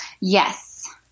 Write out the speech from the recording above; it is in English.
Yes